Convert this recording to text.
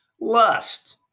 lust